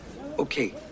Okay